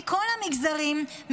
מכל המגזרים,